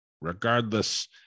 regardless